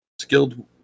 skilled